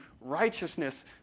righteousness